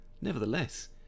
Nevertheless